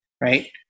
right